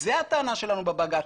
זו הטענה שלנו בבג"צ.